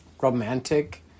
romantic